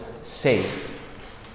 safe